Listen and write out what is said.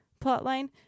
plotline